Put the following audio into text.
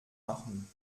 machen